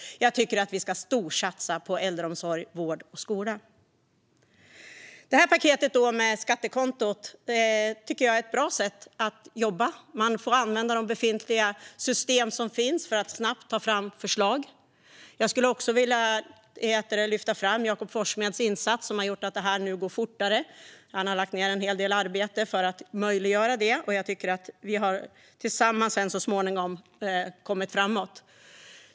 Jag tycker att vi ska storsatsa på äldreomsorg, vård och skola. Detta paket med skattekontot tycker jag är ett bra sätt att jobba. Man får använda de befintliga system som finns för att snabbt ta fram förslag. Jag skulle också vilja lyfta fram Jakob Forssmeds insats som har gjort att detta nu går fortare. Han har lagt ned en hel del arbete för att möjliggöra detta. Jag tycker att vi tillsammans sedan småningom kommit framåt.